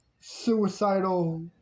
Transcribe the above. suicidal